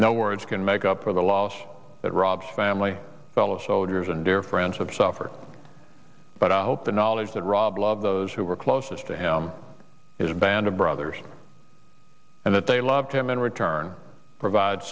no words can make up for the loss that robs family fellow soldiers and their friends have suffered but i hope the knowledge that rob loved those who were closest to him is a band of brothers and that they love him in return provide